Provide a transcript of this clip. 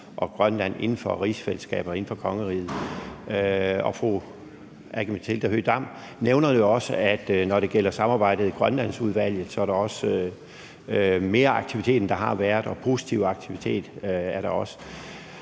og Grønland inden for rigsfællesskabet og inden for kongeriget. Fru Aki-Matilda Høegh-Dam nævner jo også, at når det gælder samarbejdet i Grønlandsudvalget, er der mere aktivitet, end der har været – positiv aktivitet. Det,